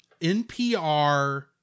NPR